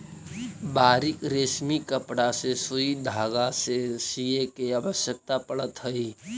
बारीक रेशमी कपड़ा के सुई धागे से सीए के आवश्यकता पड़त हई